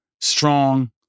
strong